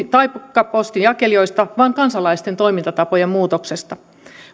taikka postin jakelijoista vaan kansalaisten toimintatapojen muutoksesta